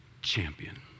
champion